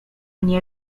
nie